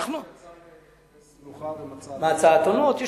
יצא לחפש את המלוכה ומצא אתונות.